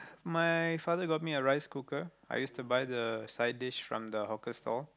my father got me a rice cooker I used to buy the side dish from the hawker stall